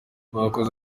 bakoze